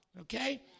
okay